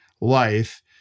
life